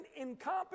incompetent